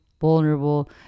vulnerable